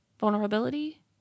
Vulnerability